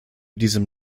diesem